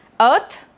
earth